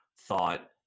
thought